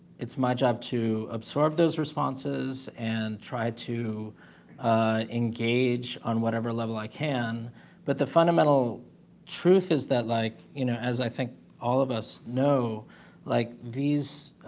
it's my job to absorb those responses and try to engage on whatever level i can but the fundamental truth. is that like you know as i think all of us know like these